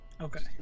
Okay